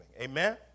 amen